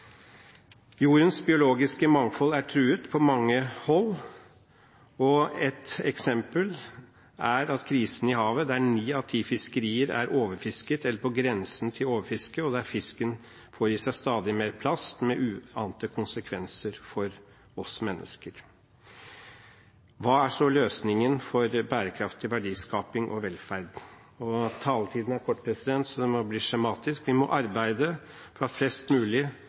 Jordens biologiske mangfold er truet på mange hold. Ett eksempel er krisen i havet, der ni av ti fiskerier er overfisket eller på grensen til overfisket, og der fisken får i seg stadig mer plast, med uante konsekvenser for oss mennesker. Hva er så løsningen for bærekraftig verdiskaping og velferd? Taletiden er kort, så det må bli skjematisk: Vi må arbeide for at flest mulig